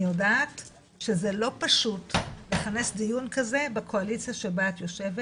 אני יודעת שזה לא פשוט לכנס דיון כזה בקואליציה שבה את יושבת.